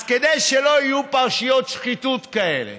אז כדי שלא יהיו פרשיות שחיתות כאלה,